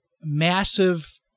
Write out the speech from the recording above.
massive